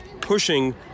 pushing